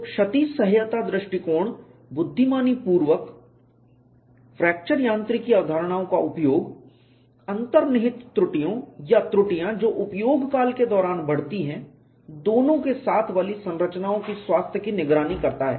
तो क्षति सह्यता दृष्टिकोण बुद्धिमानीपूर्वक फ्रैक्चर यांत्रिकी अवधारणाओं का उपयोग अंतर्निहित त्रुटियों या त्रुटियाँ जो उपयोगकाल के दौरान बढ़ती हैं दोनों के साथ वाली संरचनाओं की स्वास्थ्य निगरानी में करता है